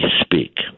speak